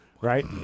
right